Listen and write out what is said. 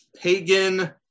pagan